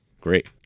Great